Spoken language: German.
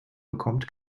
bekommt